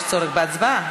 יש צורך בהצבעה.